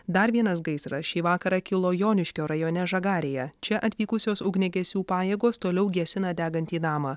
dar vienas gaisras šį vakarą kilo joniškio rajone žagarėje čia atvykusios ugniagesių pajėgos toliau gesina degantį namą